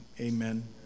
amen